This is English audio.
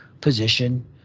position